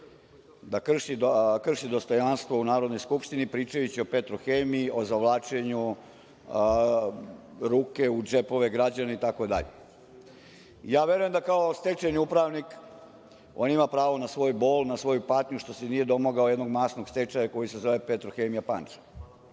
da krši dostojanstvo u Narodnoj skupštini pričajući o „Petrohemiji“ o zavlačenju ruke u džepove građanima, itd. Ja verujem da kao stečajni upravnik, on ima prvo na svoj bol, na svoju patnju što se nije domogao jednog masnog stečaja koji se zove „Petrohemija“ Pančevo.